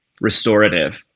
restorative